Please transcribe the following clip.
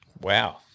Wow